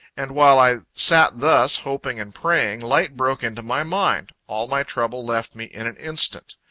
and while i sat thus, hoping and praying, light broke into my mind all my trouble left me in an instant.